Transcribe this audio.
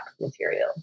material